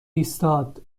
ایستاد